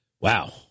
Wow